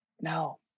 no